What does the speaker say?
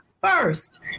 first